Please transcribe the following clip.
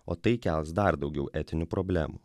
o tai kels dar daugiau etinių problemų